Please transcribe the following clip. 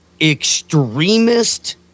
extremist